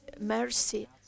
mercy